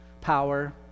power